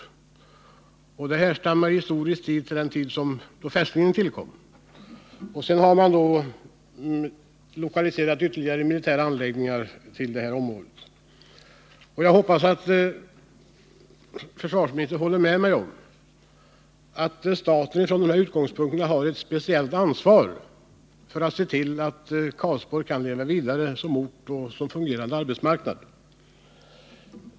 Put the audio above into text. Det skedde långt tillbaka i historien, på den tid då fästningen tillkom. Sedan dess har man lokaliserat ytterligare militära anläggningar till det här området. Jag hoppas att försvarsministern håller med mig om att staten från dessa utgångspunkter har ett speciellt ansvar för att se till att Karlsborg kan leva vidare som ort och som fungerande arbetsmarknad.